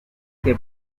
que